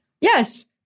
yes